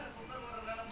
எந்த படம்:entha padam